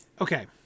Okay